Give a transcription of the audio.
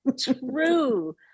true